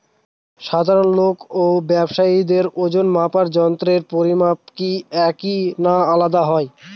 সাধারণ লোক ও ব্যাবসায়ীদের ওজনমাপার যন্ত্রের পরিমাপ কি একই না আলাদা হয়?